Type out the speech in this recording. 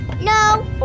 no